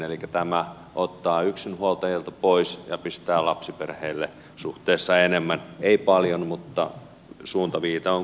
elikkä tämä ottaa yksinhuoltajilta pois ja pistää lapsiperheille suhteessa enemmän ei paljon mutta suuntaviitta on kuitenkin sinne